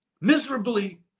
miserably